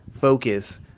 focus